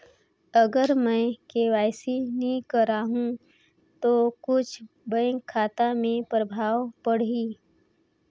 अगर मे के.वाई.सी नी कराहू तो कुछ बैंक खाता मे प्रभाव पढ़ी?